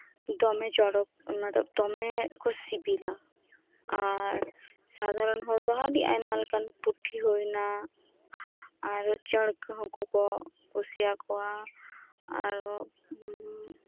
ᱫᱚᱢᱮ ᱪᱚᱨᱚᱠ ᱚᱱᱟᱫᱚ ᱫᱚᱢᱮ ᱠᱩ ᱥᱤᱵᱤᱞᱟ ᱟᱨ ᱥᱟᱫᱷᱟᱨᱚᱱ ᱦᱚᱲᱫᱚ ᱟᱹᱰᱤ ᱟᱭᱢᱟ ᱞᱮᱠᱟᱱ ᱯᱩᱴᱷᱤ ᱦᱩᱭᱱᱟ ᱟᱨ ᱪᱟᱹᱲᱠᱟᱹ ᱦᱟᱹᱠᱩ ᱠᱩ ᱠᱩᱥᱤᱭᱟᱠᱩᱣᱟ ᱟᱨ ᱦᱚ